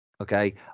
Okay